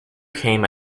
came